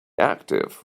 active